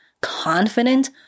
confident